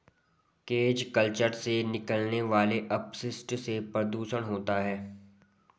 cage culture से निकलने वाले अपशिष्ट से प्रदुषण होता है